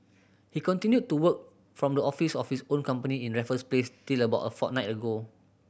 he continued to work from the office of his own company in Raffles Place till about a fortnight ago